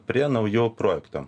prie naujų projektų